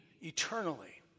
eternally